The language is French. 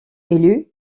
élu